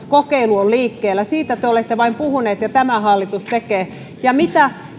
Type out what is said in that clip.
kokeilu on liikkeellä siitä te olette vain puhuneet ja tämä hallitus tekee ja mitä